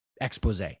expose